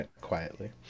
quietly